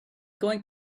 going